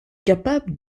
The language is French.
capable